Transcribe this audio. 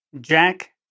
Jack